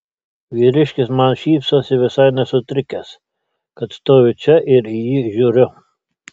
vyriškis man šypsosi visai nesutrikęs kad stoviu čia ir į jį žiūriu